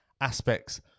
aspects